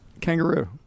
Kangaroo